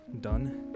done